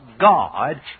God